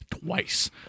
twice